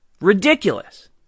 Ridiculous